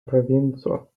provinco